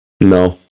no